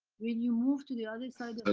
when you move to the other side ah